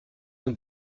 nous